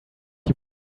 you